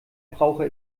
brauche